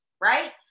right